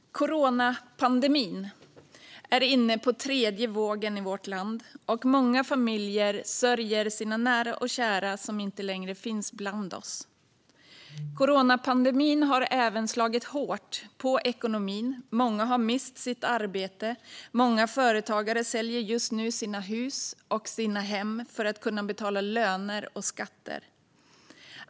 Coronapandemin är inne på tredje vågen i vårt land, och många familjer sörjer sina nära och kära som inte längre finns bland oss. Coronapandemin har även slagit hårt mot ekonomin. Många har mist sitt arbete, och många företagare säljer just nu sina hus och hem för att kunna betala löner och skatter.